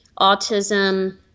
autism